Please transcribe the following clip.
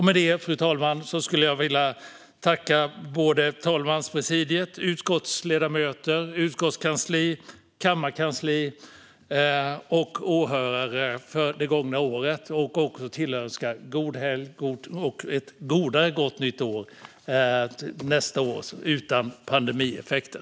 Med detta skulle jag vilja tacka talmanspresidiet, utskottsledamöter, utskottskansliet, kammarkansliet och åhörare för det gångna året och tillönska god helg och ett godare gott nytt år, ett år utan pandemieffekter.